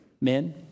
men